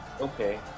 okay